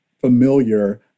familiar